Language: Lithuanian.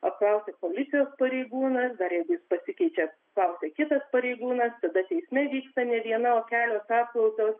apklausia policijos pareigūnas dar jeigu jis pasikeičia apklausia kitas pareigūnas tada teisme vyksta ne viena o kelios apklausos